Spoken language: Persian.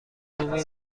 امین